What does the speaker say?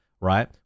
right